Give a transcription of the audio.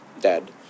dead